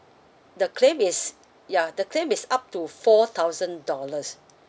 the claim is ya the claim is up to four thousand dollars